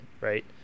Right